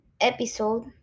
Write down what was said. episode